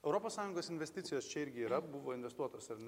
europos sąjungos investicijos čia irgi yra buvo investuotojas ar ne